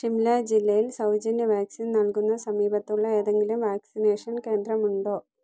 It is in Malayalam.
ഷിംല ജില്ലയിൽ സൗജന്യ വാക്സിൻ നൽകുന്ന സമീപത്തുള്ള ഏതെങ്കിലും വാക്സിനേഷൻ കേന്ദ്രമുണ്ടോ